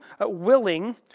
willing